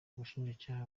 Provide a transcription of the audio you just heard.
ubushinjacyaha